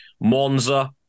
Monza